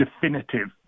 definitive